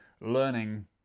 learning